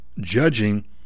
judging